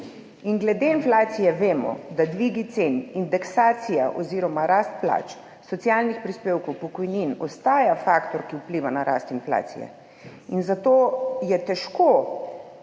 Glede inflacije vemo, da dvigi cen, indeksacija oziroma rast plač, socialnih prispevkov, pokojnin ostaja faktor, ki vpliva na rast inflacije in zato je težko